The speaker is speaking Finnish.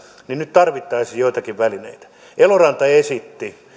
tarvittaisiin ehdottomasti joitakin välineitä eloranta esitti